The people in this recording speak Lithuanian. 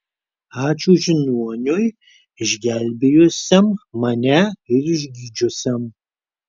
ačiū žiniuoniui išgelbėjusiam mane ir išgydžiusiam